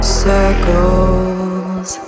circles